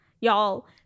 y'all